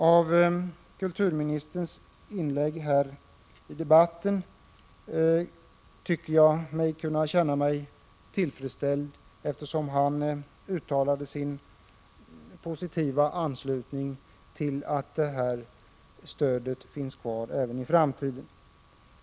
Efter kulturministerns inlägg här i debatten tycker jag att jag kan känna mig till freds, då han uttalade sig positivt om fraktstödet och anslöt sig till uppfattningen att det skall finnas kvar även i framtiden.